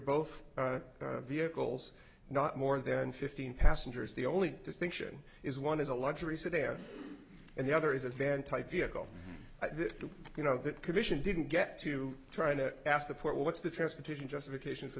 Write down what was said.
both vehicles not more than fifteen passengers the only distinction is one is a luxury sedan and the other is a van type vehicle you know that commission didn't get to try to ask the port what's the transportation justification for